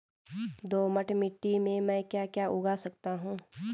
दोमट मिट्टी में म ैं क्या क्या उगा सकता हूँ?